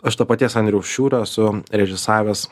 aš to paties andriaus šiurio esu režisavęs